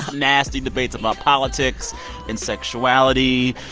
nasty debates about politics and sexuality.